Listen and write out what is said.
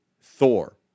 Thor